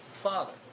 Father